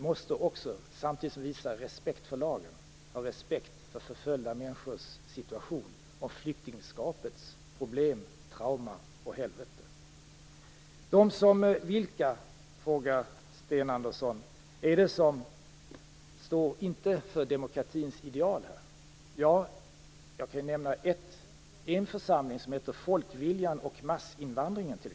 Men samtidigt som vi visar respekt för lagen måste vi ha respekt för förföljda människors situation och för flyktingskapets problem, trauma och helvete. Sten Andersson frågade vilka det är som inte står för demokratins ideal i detta sammanhang. Jag kan t.ex. nämna en församling som heter Folkviljan och massinvandringen.